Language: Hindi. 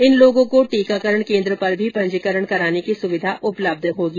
इन लोगों को टीकाकरण केन्द्र पर भी पंजीकरण कराने की सुविधा उपलब्ध होगी